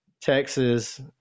Texas